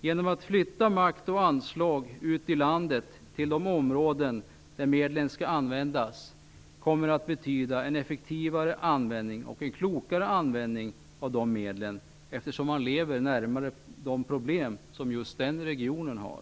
Genom att flytta makt och ansvar ut i landet till de områden där medlen skall användas får vi en effektivare och klokare användning av dessa medel, eftersom man lever närmare de problem som just den regionen har.